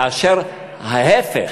כאשר ההפך,